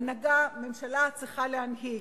ממשלה צריכה להנהיג,